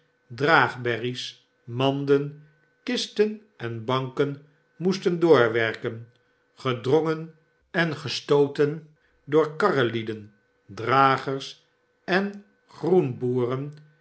kruiwagens draagberries manden kisten en banken moesten doorwerken gedrongen en gestooten door karrelieden dragers en